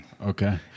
Okay